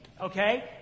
okay